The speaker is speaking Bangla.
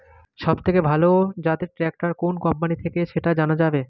সবথেকে ভালো জাতের ট্রাক্টর কোন কোম্পানি থেকে সেটা জানা যাবে?